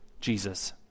Jesus